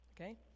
okay